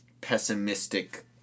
pessimistic